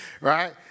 Right